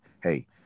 Hey